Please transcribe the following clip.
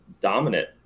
dominant